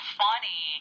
funny